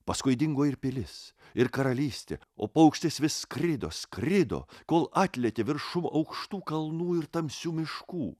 paskui dingo ir pilis ir karalystė o paukštis vis skrido skrido kol atlėkė viršum aukštų kalnų ir tamsių miškų